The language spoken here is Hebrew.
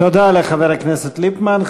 תודה לחבר הכנסת ליפמן.